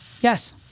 Yes